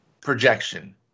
projection